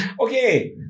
Okay